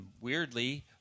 weirdly